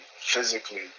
physically